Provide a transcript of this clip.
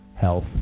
health